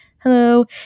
hello